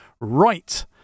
right